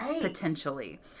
potentially